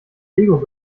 lego